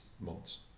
months